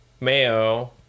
mayo